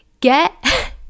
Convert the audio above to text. get